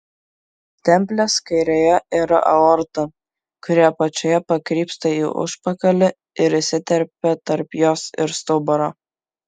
stemplės kairėje yra aorta kuri apačioje pakrypsta į užpakalį ir įsiterpia tarp jos ir stuburo